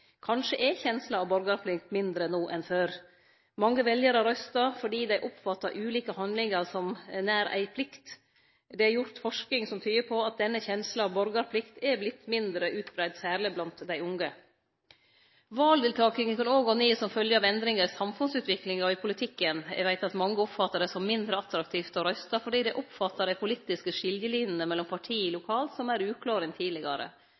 Kanskje er kjensla av borgarplikt mindre no enn før? Mange veljarar røystar fordi dei oppfattar slike handlingar som nær ei plikt. Det er gjort forsking som tyder på at denne kjensla av borgarplikt er vorten mindre utbreidd, særleg blant dei unge. Valdeltakinga kan òg gå ned som følgje av endringar i samfunnsutviklinga og i politikken. Eg veit at mange oppfattar det som mindre attraktivt å røyste fordi dei oppfattar dei politiske skiljelinene mellom partia lokalt som meir uklåre enn tidlegare.